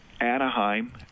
Anaheim